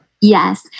Yes